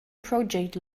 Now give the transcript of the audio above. project